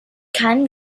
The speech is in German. kein